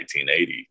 1980